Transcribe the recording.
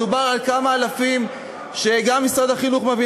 מדובר על כמה אלפים שגם משרד החינוך מבין